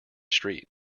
street